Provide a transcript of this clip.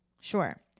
Sure